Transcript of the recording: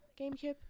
GameCube